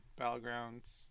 Battlegrounds